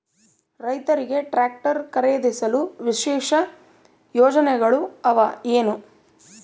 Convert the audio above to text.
ರೈತರಿಗೆ ಟ್ರಾಕ್ಟರ್ ಖರೇದಿಸಲು ವಿಶೇಷ ಯೋಜನೆಗಳು ಅವ ಏನು?